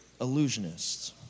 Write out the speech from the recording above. illusionists